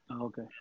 okay